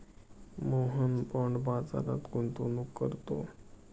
Mohan bond बाजारात गुंतवणूक करतो